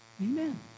Amen